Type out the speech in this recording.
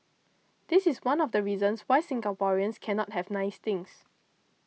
this is one of the reasons why Singaporeans cannot have nice things